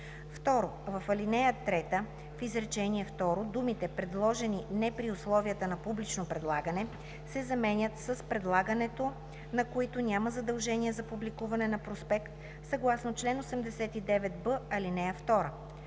2“. 2. В ал. 3 в изречение второ думите „предложени не при условията на публично предлагане“ се заменят със „за предлагането на които няма задължение за публикуване на проспект съгласно чл. 89б, ал. 2“.